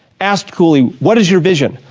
asked cooley, what is your vision,